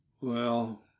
Well